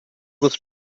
was